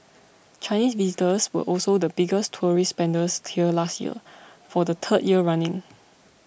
Chinese visitors were also the biggest tourist spenders here last year for the third year running